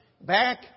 back